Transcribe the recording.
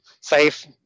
safe